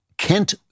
Kent